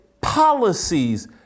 Policies